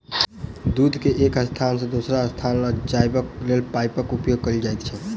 दूध के एक स्थान सॅ दोसर स्थान ल जयबाक लेल पाइपक उपयोग कयल जाइत छै